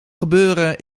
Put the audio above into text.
gebeuren